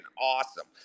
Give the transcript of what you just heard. awesome